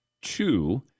two